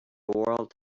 world